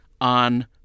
on